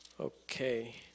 Okay